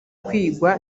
kwigwa